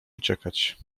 uciekać